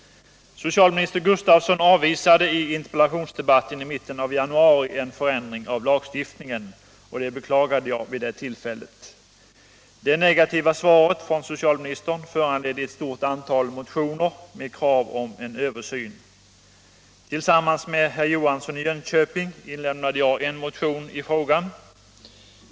Socialministern avvisade i interpellationsdebatten i mitten av januari en förändring av lagstiftningen. Det beklagade jag vid det tillfället. Det negativa svaret från socialministern föranledde ett stort antal motioner med krav på en översyn. Tillsammans med herr Johansson i Jönköping inlämnade jag en motion i frågan.